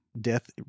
death